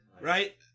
Right